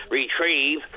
retrieve